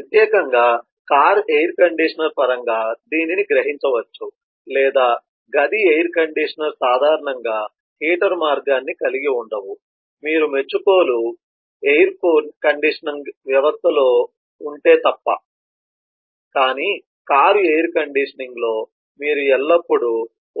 మీరు ప్రత్యేకంగా car air కండిషనర్ల పరంగా దీనిని గ్రహించవచ్చు లేదా గది ఎయిర్ కండిషనర్లు సాధారణంగా హీటర్ మార్గాన్ని కలిగి ఉండవు మీరు ఎయిర్ కండిషనింగ్ వ్యవస్థలో అభినందిస్తే తప్ప కానీ కారు ఎయిర్ కండిషనింగ్లో మీరు ఎల్లప్పుడూ